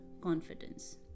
confidence